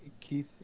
Keith